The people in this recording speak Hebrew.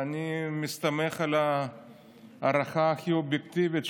אני מסתמך על ההערכה הכי אובייקטיבית,